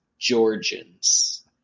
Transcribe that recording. Georgians